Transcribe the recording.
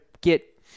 get